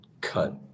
cut